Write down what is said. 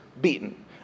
beaten